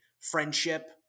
friendship